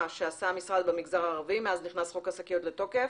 שעשה המשרד במגזר הערבי מאז נכנס חוק השקיות לתוקף.